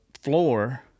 floor